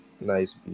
nice